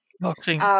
boxing